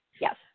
Yes